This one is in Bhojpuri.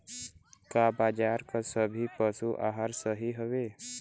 का बाजार क सभी पशु आहार सही हवें?